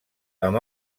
amb